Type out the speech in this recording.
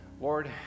lord